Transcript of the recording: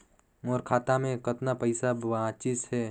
मोर खाता मे कतना पइसा बाचिस हे?